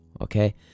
Okay